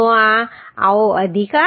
તો આ આવો હશે